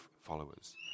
followers